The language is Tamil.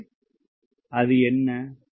ஸ்லைடு நேரம் 0025 ஐப் பார்க்கவும் அது என்ன